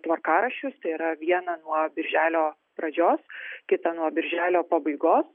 tvarkaraščius tai yra vieną nuo birželio pradžios kitą nuo birželio pabaigos